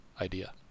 idea